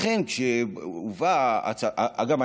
אגב,